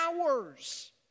hours